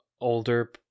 older